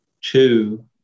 Two